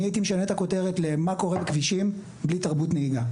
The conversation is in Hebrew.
אני הייתי משנה את הכותרת ל-'מה קורה בכבישים בלי תרבות נהיגה',